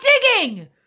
digging